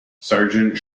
sargent